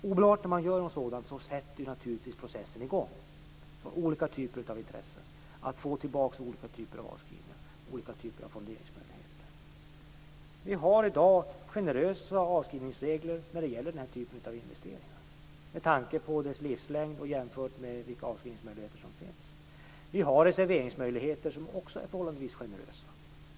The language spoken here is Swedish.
Omedelbart när man gör något sådant sätter naturligtvis processen i gång från olika typer av intressen för att få tillbaka olika typer av avskrivningar, olika typer av fonderingsmöjligheter. Vi har i dag generösa avskrivningsregler för den här typen av investeringar med tanke på deras livslängd och i jämförelse med de avskrivningsmöjligheter som finns i övrigt. Vi har också förhållandevis generösa reserveringsmöjligheter.